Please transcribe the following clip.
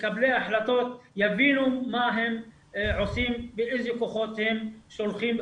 שמקבלי ההחלטות יבינו מה הם עושים ואיזה כוחות הם שולחים,